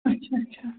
اچھا اچھا